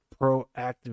proactive